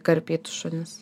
karpytus šunis